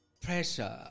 pressure